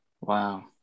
wow